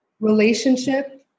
relationship